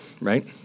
Right